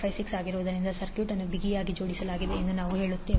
56 ಆಗಿರುವುದರಿಂದ ಸರ್ಕ್ಯೂಟ್ ಅನ್ನು ಬಿಗಿಯಾಗಿ ಜೋಡಿಸಲಾಗಿದೆ ಎಂದು ನಾವು ಹೇಳುತ್ತೇವೆ